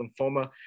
Lymphoma